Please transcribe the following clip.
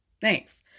Thanks